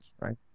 right